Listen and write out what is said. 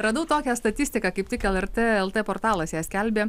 radau tokią statistiką kaip tik lrt lt portalas ją skelbė